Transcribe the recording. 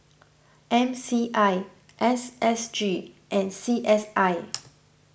M C I S S G and C S I